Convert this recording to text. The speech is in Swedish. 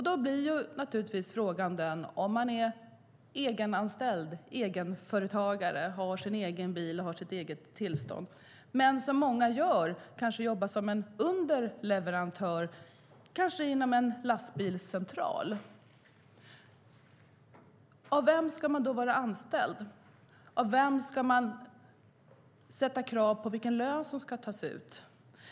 Då blir naturligtvis frågan: Om man är egenanställd, egenföretagare, har sin egen bil och sitt eget tillstånd men - som många gör - kanske jobbar som underleverantör, kanske inom en lastbilscentral, av vem ska man då vara anställd? På vem ska man ställa krav på vilken lön som ska tas ut?